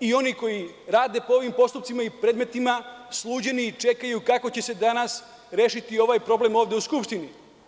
i oni koji rade po ovim postupcima i predmetima sluđeni i čekaju kako će se danas rešiti ovaj problem ovde u Skupštini.